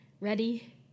ready